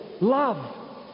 Love